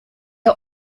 are